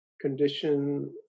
condition